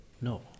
No